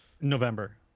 November